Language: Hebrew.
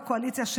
בקואליציה,